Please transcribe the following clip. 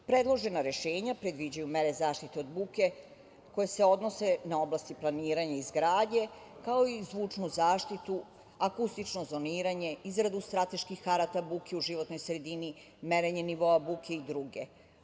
Predložena rešenja predviđaju mere zaštite od buke koje se odnose na oblasti planiranje i izgradnje, kao i zvučnu zaštitu, akustično zoniranje, izradu strateških karata buke u životnoj sredini, merenje nivoa buke i druge.